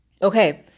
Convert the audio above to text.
Okay